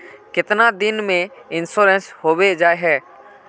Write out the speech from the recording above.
कीतना दिन में इंश्योरेंस होबे जाए है?